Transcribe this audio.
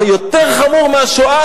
יותר חמור מהשואה,